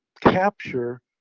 capture